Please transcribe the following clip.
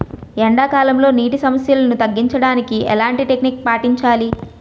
ఎండా కాలంలో, నీటి సమస్యలను తగ్గించడానికి ఎలాంటి టెక్నిక్ పాటించాలి?